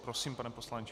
Prosím, pane poslanče.